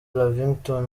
lavington